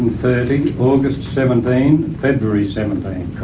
and thirty, august seventeen, february seventeen.